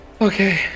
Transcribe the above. Okay